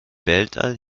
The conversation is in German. weltall